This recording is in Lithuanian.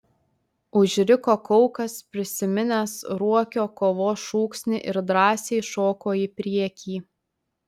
užriko kaukas prisiminęs ruokio kovos šūksnį ir drąsiai šoko į priekį